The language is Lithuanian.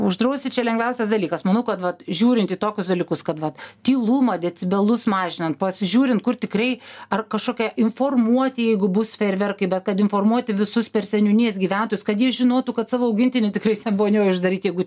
uždrausti čia lengviausias dalykas manau kad vat žiūrint į tokius dalykus kad vat tylumą decibelus mažinant pasižiūrint kur tikrai ar kažkokią informuoti jeigu bus fejerverkai bet kad informuoti visus per seniūnijas gyventojus kad jie žinotų kad savo augintinį tikrai ten vonioj uždaryt jeigu